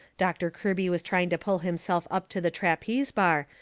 doctor kirby was trying to pull himself up to the trapeze bar,